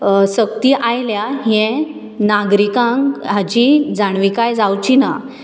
सक्ती आयल्यार हें नागरीकांक हाची जाणविकाय जावची ना